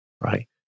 right